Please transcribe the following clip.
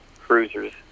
cruisers